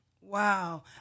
Wow